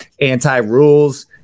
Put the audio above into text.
anti-rules